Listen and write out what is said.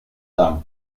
dame